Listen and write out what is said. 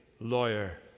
lawyer